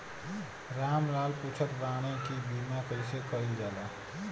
राम लाल पुछत बाड़े की बीमा कैसे कईल जाला?